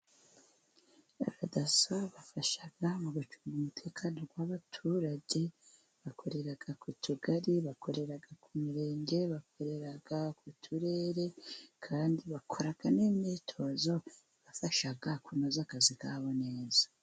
Ba daso bafasha mu gucunga umutekano w'abaturage, bakorera ku tugari, bakorera ku mirenge, bakorera ku turere, kandi bakora kandi n'imyitozo ibafasha kunoza akazi kabo neza.